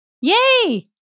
Yay